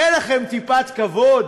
אין לכם טיפת כבוד?